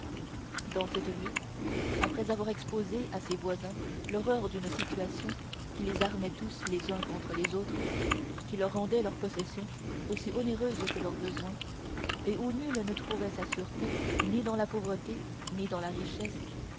dans cette vue après avoir exposé à ses voisins l'horreur d'une situation qui les armait tous les uns contre les autres qui leur rendait leurs possessions aussi onéreuses que leurs besoins et où nul ne trouvait sa sûreté ni dans la pauvreté ni dans la richesse